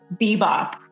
bebop